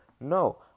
No